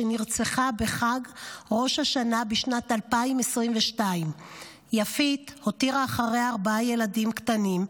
שנרצחה בחג ראש השנה בשנת 2022. יפית הותירה אחריה ארבעה ילדים קטנים.